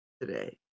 today